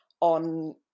on